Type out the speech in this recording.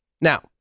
Now